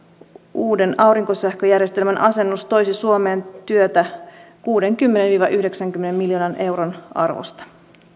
uuden aurinkosähköjärjestelmän asennus toisi suomeen työtä kuudenkymmenen viiva yhdeksänkymmenen miljoonan euron arvosta